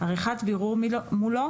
עריכת בירור מולו,